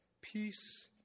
Peace